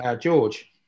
George